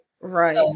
right